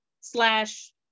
slash